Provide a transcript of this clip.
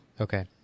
Okay